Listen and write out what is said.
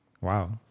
Wow